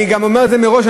אני אומר מראש,